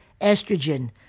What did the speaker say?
estrogen